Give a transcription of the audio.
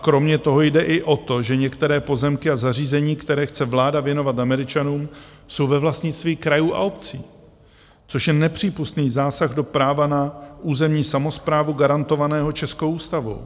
Kromě toho jde i o to, že některé pozemky a zařízení, které chce vláda věnovat Američanům, jsou ve vlastnictví krajů a obcí, což je nepřípustný zásah do práva na územní samosprávu garantovaného českou ústavou.